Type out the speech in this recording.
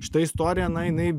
šita istorija na jinai